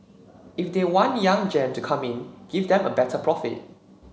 if they want young gen to come in give them a better profit